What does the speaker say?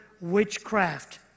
witchcraft